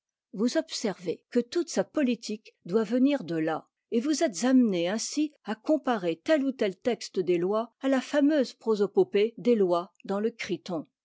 vous observez que toute sa politique doit venir de là et vous êtes amené ainsi à comparer tel ou tel texte des lois à la fameuse prosopopée des lois dans le criton